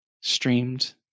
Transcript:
streamed